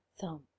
thumb